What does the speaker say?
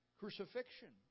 crucifixion